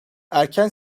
erken